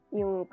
yung